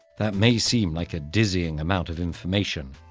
that may seem like a dizzying amount of information,